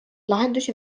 lahendusi